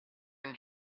and